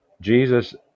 jesus